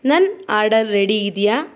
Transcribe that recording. ನನ್ನ order ready ಇದೆಯಾ